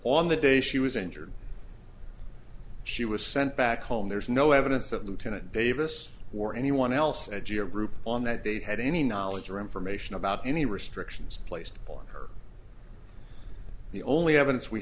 on the day she was injured she was sent back home there's no evidence that lieutenant davis or anyone else edgier group on that day had any knowledge or information about any restrictions placed on her the only evidence we